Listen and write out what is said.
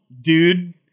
dude